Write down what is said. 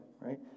right